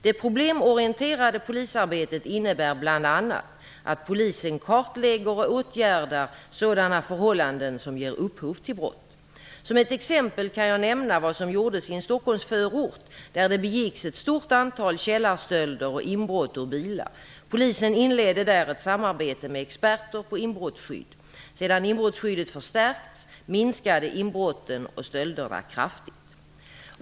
Det problemorienterade polisarbetet innebär bl.a. att Polisen kartlägger och åtgärdar sådana förhållanden som ger upphov till brott. Som ett exempel kan jag nämna vad som gjordes i en Stockholmsförort där det begicks ett stort antal källarstölder och inbrott ur bilar. Polisen inledde där ett samarbete med experter på inbrottsskydd. Sedan inbrottsskyddet förstärkts minskade inbrotten och stölderna kraftigt.